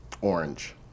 orange